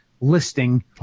listing